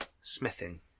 smithing